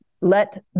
let